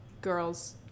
girls